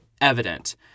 evident